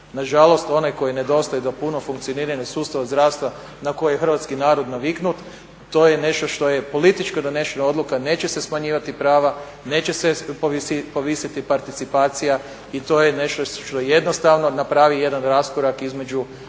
Nažalost onaj koji nedostaje do punog funkcioniranja sustava zdravstva na koji je hrvatski narod naviknut, to je nešto što je politički donesena odluka, neće se smanjivati prva, neće se povisiti participacija i to je nešto što jednostavno napravi jedan raskorak između tih